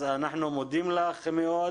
אז אנחנו מודים לך מאוד